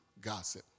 gossip